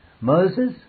Moses